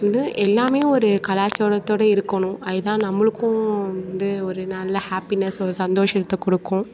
வந்து எல்லாமே ஒரு கலாச்சாரத்தோடு இருக்கணும் அதுதான் நம்மளுக்கும் வந்து ஒரு நல்ல ஹேப்பினஸ் ஒரு சந்தோஷத்தை கொடுக்கும்